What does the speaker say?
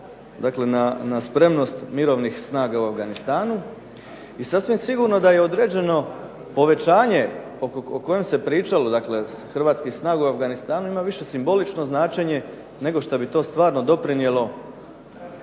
utjecaj na spremnost mirovnih snaga u Afganistanu i sasvim sigurno da je određeno povećanje o kojem se pričalo, dakle hrvatskih snaga u Afganistanu, ima više simbolično značenje nego što bi to stvarno doprinijelo